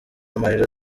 amarira